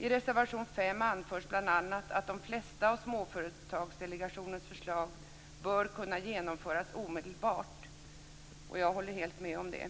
I reservation 5 anförs bl.a. att de flesta av Småföretagsdelegationens förslag bör kunna genomföras omedelbart. Jag håller helt med om det.